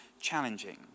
challenging